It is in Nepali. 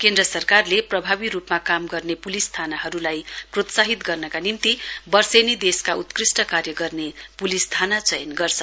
केन्द्र सरकारले प्रभावी रूपमा काम गर्ने पुलिस थानाहरूलाई प्रोत्साहित गर्नका निम्ति वर्षेनी देशका उत्कृष्ट कार्य गर्ने पुलिस थानाको चयन गर्छ